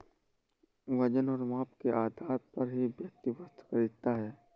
वजन और माप के आधार पर ही व्यक्ति वस्तु खरीदता है